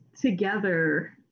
together